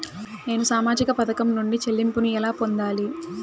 నేను సామాజిక పథకం నుండి చెల్లింపును ఎలా పొందాలి?